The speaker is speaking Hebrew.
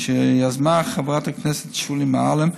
שיזמה חברת הכנסת שולי מועלם,